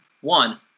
One